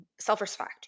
self-respect